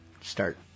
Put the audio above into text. start